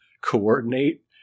coordinate